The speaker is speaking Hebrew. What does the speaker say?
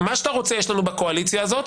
מה שאתה רוצה יש לנו בקואליציה הזאת.